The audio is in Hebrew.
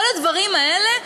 כל הדברים האלה,